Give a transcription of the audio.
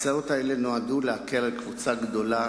ההצעות האלה נועדו להקל על קבוצה גדולה